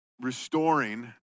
restoring